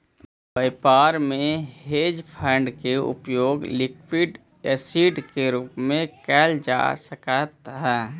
व्यापार में hedge fund के उपयोग लिक्विड एसिड के रूप में कैल जा सक हई